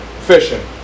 fishing